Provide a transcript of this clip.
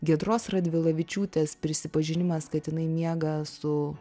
giedros radvilavičiūtės prisipažinimas kad jinai miega su